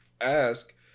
ask